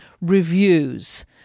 reviews